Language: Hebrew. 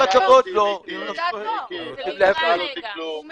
מיקי, אל תשאל אותי כלום, אני